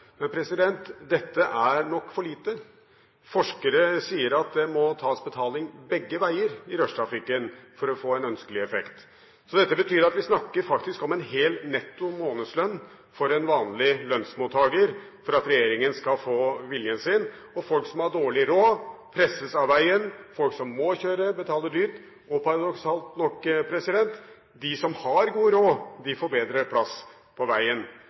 dette er nok for lite. Forskere sier at det må tas betaling begge veier i rushtrafikken for å få en ønskelig effekt. Det betyr at vi faktisk snakker om en hel netto månedslønn for en vanlig lønnsmottaker for at regjeringen skal få viljen sin. Folk som har dårlig råd, presses av veien. Folk som må kjøre, betaler dyrt. Og paradoksalt nok: De som har god råd, får bedre plass på veien.